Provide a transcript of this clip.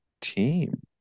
team